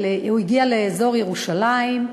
הוא הגיע לאזור ירושלים,